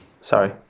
sorry